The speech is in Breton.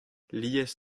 alies